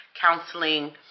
counseling